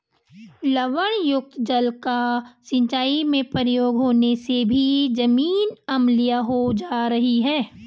लवणयुक्त जल का सिंचाई में प्रयोग होने से भी जमीन अम्लीय हो जा रही है